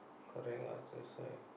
correct ah that's why